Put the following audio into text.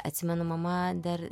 atsimenu mama dar